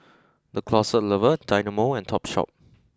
the Closet Lover Dynamo and Topshop